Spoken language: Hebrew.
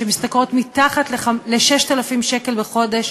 שמשתכרות מתחת ל-6,000 שקל בחודש,